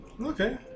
Okay